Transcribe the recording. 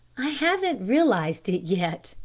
i haven't realised it yet,